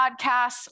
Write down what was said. podcasts